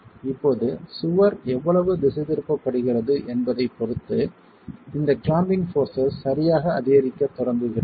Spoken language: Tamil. இப்போது சுவர் எவ்வளவு திசைதிருப்பப்படுகிறது என்பதைப் பொறுத்து இந்த கிளாம்பிங் போர்ஸஸ் சரியாக அதிகரிக்கத் தொடங்குகின்றன